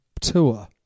tour